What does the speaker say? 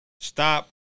stop